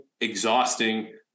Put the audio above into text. exhausting